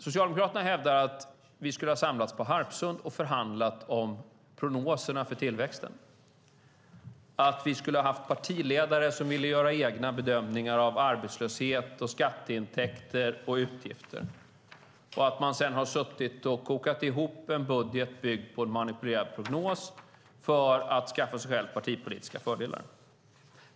Socialdemokraterna hävdar att vi skulle ha samlats på Harpsund och förhandlat om prognoserna för tillväxten, att vi skulle ha haft partiledare som velat göra egna bedömningar av arbetslöshet, skatteintäkter och utgifter och att man sedan suttit och kokat ihop en budget byggd på en manipulerad prognos för att skaffa sig själv partipolitiska fördelar.